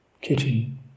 kitchen